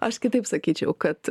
aš kitaip sakyčiau kad